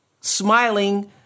smiling